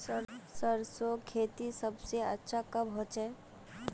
सरसों खेती सबसे अच्छा कब होचे?